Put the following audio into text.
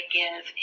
give